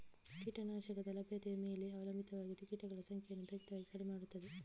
ಕೀಟ ನಾಶಕದ ಲಭ್ಯತೆಯ ಮೇಲೆ ಅವಲಂಬಿತವಾಗಿದ್ದು ಕೀಟಗಳ ಸಂಖ್ಯೆಯನ್ನು ತ್ವರಿತವಾಗಿ ಕಡಿಮೆ ಮಾಡುತ್ತದೆ